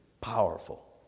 powerful